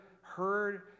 heard